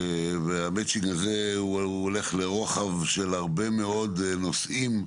והמצ'ינג הזה הולך לרוחב של הרבה מאוד נושאים,